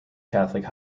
catholic